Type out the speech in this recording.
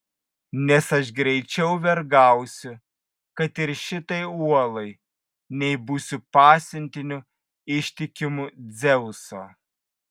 nes aš greičiau vergausiu kad ir šitai uolai nei būsiu pasiuntiniu ištikimu dzeuso